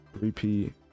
repeat